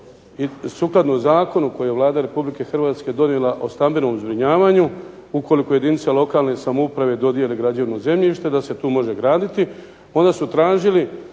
sukladno zakonu koji je Vlada Republike Hrvatske donijela o stambenom zbrinjavanju ukoliko jedinice lokalne samouprave dodijele građevno zemljište da se tu može graditi onda su tražili